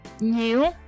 new